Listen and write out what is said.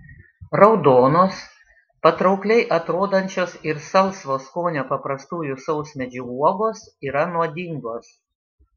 raudonos patraukliai atrodančios ir salsvo skonio paprastųjų sausmedžių uogos yra nuodingos